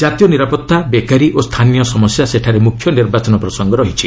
ଜାତୀୟ ନିରାପତ୍ତା ବେକାରୀ ଓ ସ୍ଥାନୀୟ ସମସ୍ୟା ସେଠାରେ ମୁଖ୍ୟ ନିର୍ବାଚନ ପ୍ରସଙ୍ଗ ରହିଛି